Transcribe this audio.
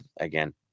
Again